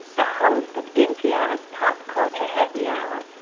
the host of npr's pop culture happy hour,